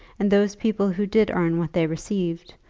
and those people who did earn what they received,